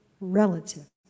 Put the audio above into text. relative